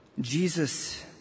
Jesus